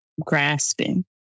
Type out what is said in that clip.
Grasping